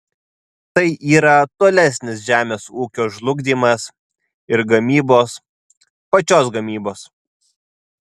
tai yra tolesnis žemės ūkio žlugdymas ir gamybos pačios gamybos